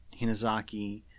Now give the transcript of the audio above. Hinazaki